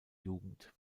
jugend